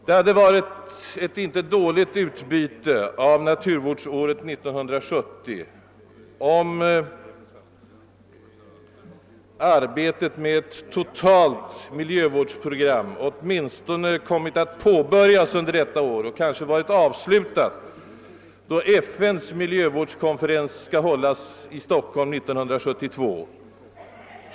Det hade varit ett icke dåligt utbyte av naturvårdsåret 1970, om arbetet med ett totalt miljövårdsprogram åtminstone kommit att påbörjas under detta år och helst även varit avslutat, då FN:s miljövårdskonferens hålles i Stockholm 1972.